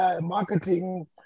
marketing